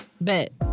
Bet